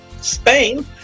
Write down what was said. spain